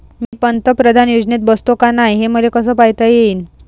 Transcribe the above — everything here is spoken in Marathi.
मी पंतप्रधान योजनेत बसतो का नाय, हे मले कस पायता येईन?